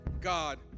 God